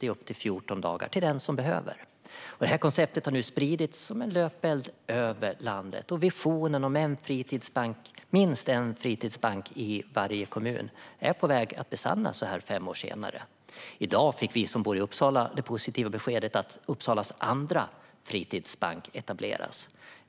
i upp till 14 dagar till den som behöver. Konceptet har spridits som en löpeld över landet, och så här fem år senare är visionen om minst en fritidsbank i varje kommun på väg att bli verklighet. I dag fick vi som bor i Uppsala det positiva beskedet att Uppsalas andra fritidsbank etableras.